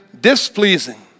displeasing